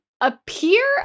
appear